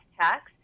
tax